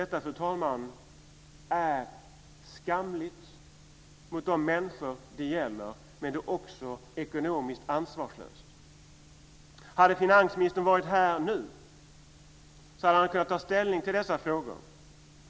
Detta, fru talman, är skamligt gentemot de människor som det gäller, och det är också ekonomiskt ansvarslöst. Hade finansministern nu varit här skulle han ha kunnat ta ställning till dessa frågor.